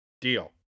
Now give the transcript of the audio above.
deal